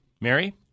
mary